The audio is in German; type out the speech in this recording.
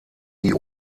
die